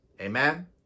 Amen